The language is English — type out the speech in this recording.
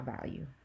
value